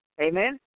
Amen